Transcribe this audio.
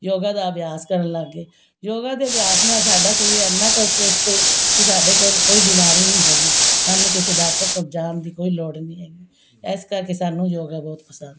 ਯੋਗਾ ਦਾ ਅਭਿਆਸ ਕਰਨ ਲੱਗ ਗਏ ਯੋਗਾ ਦੇ ਅਭਿਆਸ ਨਾਲ ਸਾਡਾ ਸਰੀਰ ਇੰਨਾ ਕੁ ਸਵਸਥ ਏ ਕਿ ਸਾਡੇ ਕੋਲ ਕੋਈ ਬਿਮਾਰੀ ਨਹੀਂ ਹੈਗੀ ਸਾਨੂੰ ਕਿਸੇ ਡਾਕਟਰ ਕੋਲ ਜਾਣ ਦੀ ਕੋਈ ਲੋੜ ਨਹੀਂ ਹੈਗੀ ਇਸ ਕਰਕੇ ਸਾਨੂੰ ਯੋਗਾ ਬਹੁਤ ਪਸੰਦ ਹੈ